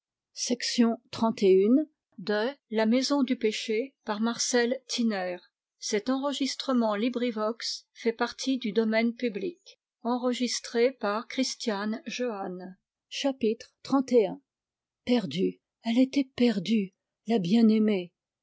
bon perdue elle était perdue la bien-aimée